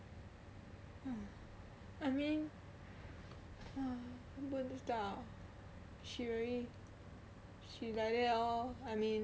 I mean hmm 不知道 she like that lor I mean